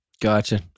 Gotcha